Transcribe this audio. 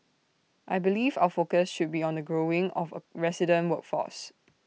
I believe of our focus should be on the growing of A resident workforce